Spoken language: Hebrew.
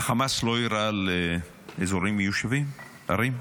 שהחמאס לא יירה על אזורים מיושבים, על ערים,